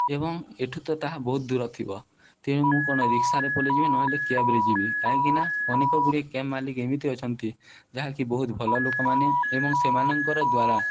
ଏବଂ ଏଠୁ ତ ତାହା ବହୁତ ଦୂର ଥିବ ତେଣୁ ମୁଁ କ'ଣ ରିକ୍ସାରେ ପଲେଇଯିବି ନହେଲେ କ୍ୟାବ୍ରେ ଯିବି କାହିଁକିନା ଅନେକଗୁଡ଼ିଏ କ୍ୟାବ୍ ମାଲିକ ଏମିତି ଅଛନ୍ତି ଯାହାକି ବହୁତ ଭଲ ଲୋକମାନେ ଏବଂ ସେମାନଙ୍କର ଦ୍ୱାରା